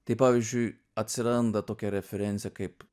tai pavyzdžiui atsiranda tokia referencija kaip